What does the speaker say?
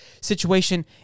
situation